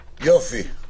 יופי.